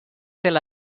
tel